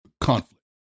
conflict